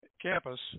campus